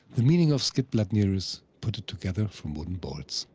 the meaning of skidbladnir is putted together from wooden boards.